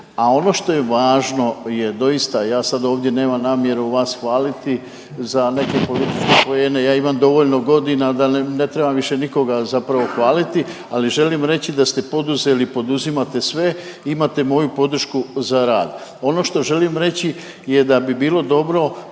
a ono što je važno je doista, ja sad ovdje nemam namjeru vas hvaliti za neke političke poene, ja imam dovoljno godina da ne trebam više nikoga zapravo hvaliti, ali želim reći da ste poduzeli i poduzimate sve, imate moju podršku za rad. Ono što želim reći je da bi bilo dobro